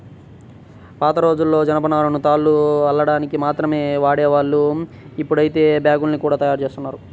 పాతరోజుల్లో జనపనారను తాళ్లు అల్లడానికి మాత్రమే వాడేవాళ్ళు, ఇప్పుడైతే బ్యాగ్గుల్ని గూడా తయ్యారుజేత్తన్నారు